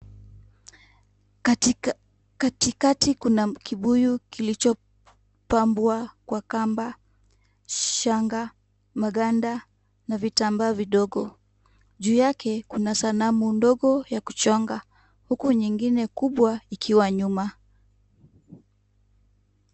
Katikati Kuna kipuyu kilichopambwa kwa kamba, shanga, makanda na vitamba vidogo juu yake kuna sanamu ndogo ya kuchanga uku nyingine kubwa ikiwa nyuma.